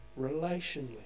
relationally